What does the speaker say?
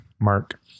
Mark